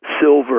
silver